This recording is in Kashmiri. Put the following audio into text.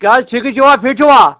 کیٛاہ حظ ٹھیٖک چھِوا فِٹ چھِوا